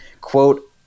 quote